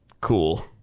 cool